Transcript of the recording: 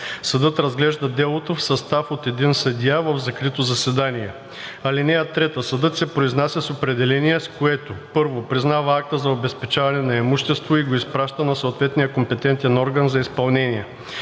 Съдът разглежда делото в състав от един съдия в закрито заседание. (3) Съдът се произнася с определение, с което: 1. признава акта за обезпечаване на имущество и го изпраща на съответния компетентен орган за изпълнение;